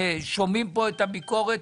ששומעים פה את הביקורת,